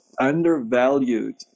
undervalued